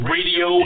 Radio